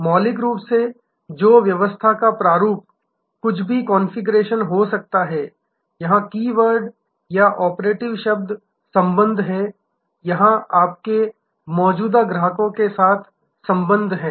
मौलिक रूप से जो व्यवस्था का प्रारूप कुछ भी कॉन्फ़िगरेशन हो सकता है यहां कीवर्ड या ऑपरेटिव शब्द संबंध है यहां आपके मौजूदा ग्राहकों के साथ संबंध है